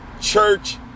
Church